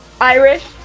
Irish